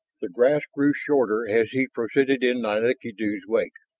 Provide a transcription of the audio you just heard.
the grass grew shorter as he proceeded in nalik'ideyu's wake.